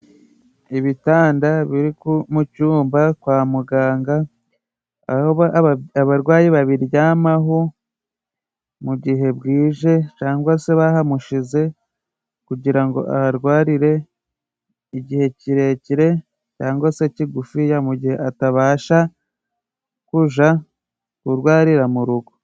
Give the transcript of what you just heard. Ibitanda biri mu cyumba kwa muganga, aho abarwayi babiryamaho mu gihe bwije cangwa se bahamushize, kugira ngo aharwarire igihe kirekire cyangwa se kigufi, mu igihe atabasha kuja kurwarira mu urugo.